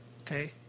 Okay